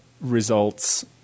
results